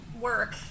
work